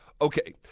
Okay